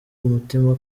umutima